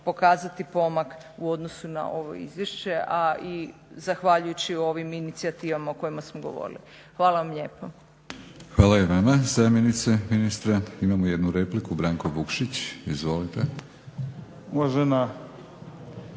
pokazati pomak u odnosu na ovo izvješće a i zahvaljujući ovim inicijativama o kojima smo govorili. Hvala vam lijepo. **Batinić, Milorad (HNS)** Hvala i vama zamjenice ministra. Imamo jednu repliku, Branko Vukšić, izvolite.